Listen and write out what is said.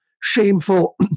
shameful